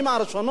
אתה בא ואומר,